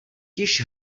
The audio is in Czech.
již